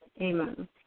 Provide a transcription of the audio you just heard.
Amen